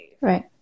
right